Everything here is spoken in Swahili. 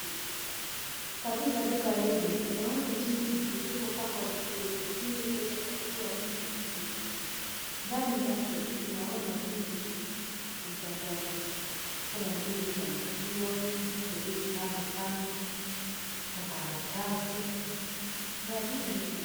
Katika duka hili tunaona jinsi lilivyo pangwa vizuri ili kuweza kuvutia mtu kuja dukani, ndani yake tunaona vitu vifuatavyo kuna mitungi za maziwa, mtu aliyesimama kando, makaratasi na vitu mingi.